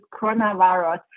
coronavirus